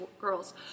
girls